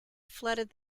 flooded